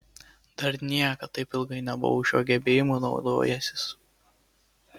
dar niekad taip ilgai nebuvau šiuo gebėjimu naudojęsis